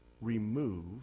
remove